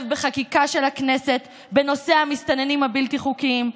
בחקיקה של הכנסת בנושא המסתננים הבלתי-חוקיים,